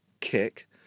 kick